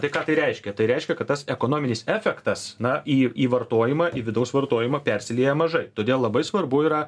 tai ką tai reiškia tai reiškia kad tas ekonominis efektas na į į vartojimą į vidaus vartojimą persilieja mažai todėl labai svarbu yra